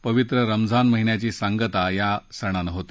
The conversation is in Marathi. पवित्र रमझान महिन्याची सांगता या सणानं होते